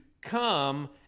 come